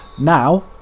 Now